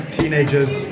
teenagers